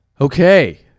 Okay